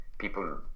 People